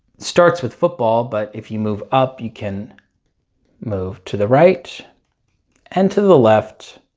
starts with football but if you move up you can move to the right and to the left